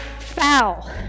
foul